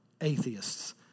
atheists